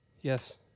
Yes